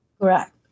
Correct